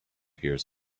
hears